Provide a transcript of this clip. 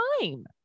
time